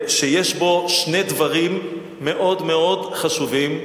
שיש בו שני דברים מאוד מאוד חשובים.